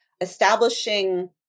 establishing